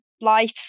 life